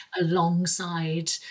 alongside